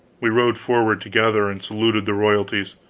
we rode forward together, and saluted the royalties.